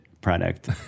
product